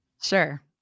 Sure